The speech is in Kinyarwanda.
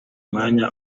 umwanya